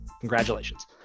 Congratulations